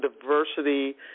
diversity